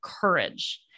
courage